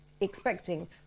expecting